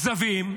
כזבים.